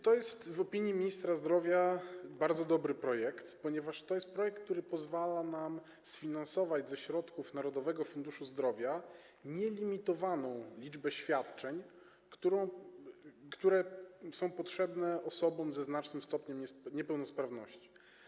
To jest w opinii ministra zdrowia bardzo dobry projekt, ponieważ to jest projekt, który pozwala nam sfinansować ze środków Narodowego Funduszu Zdrowia nielimitowaną liczbę świadczeń, które są potrzebne osobom ze znacznym stopniem niepełnosprawności.